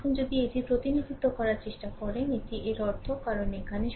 এখন যদি এটির প্রতিনিধিত্ব করার চেষ্টা করুন এটি এর অর্থ কারণ এখানে